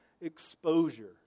exposure